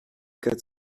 quatre